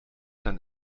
dann